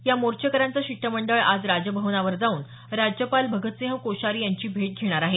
या मोर्चेकऱ्यांचं शिष्टमंडळ आज राजभवनावर जाऊन राज्यपाल भगतसिंह कोशारी यांची भेट घेणार आहे